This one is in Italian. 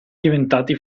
diventati